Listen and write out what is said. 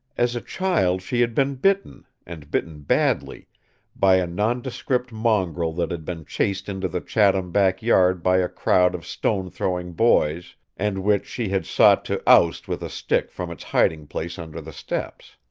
as a child she had been bitten and bitten badly by a nondescript mongrel that had been chased into the chatham backyard by a crowd of stone-throwing boys, and which she had sought to oust with a stick from its hiding place under the steps.